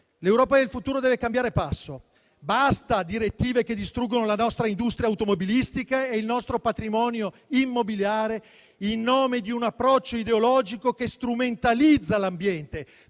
L'Europa del futuro deve cambiare passo. Basta direttive che distruggono la nostra industria automobilistica e il nostro patrimonio immobiliare in nome di un approccio ideologico che strumentalizza l'ambiente